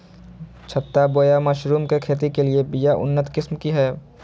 छत्ता बोया मशरूम के खेती के लिए बिया के उन्नत किस्म की हैं?